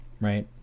right